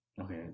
Okay